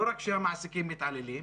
לא רק שהמעסיקים מתעללים,